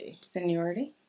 Seniority